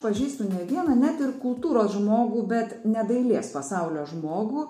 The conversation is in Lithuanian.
pažįstu ne vieną net ir kultūros žmogų bet ne dailės pasaulio žmogų